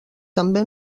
també